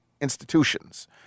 institutions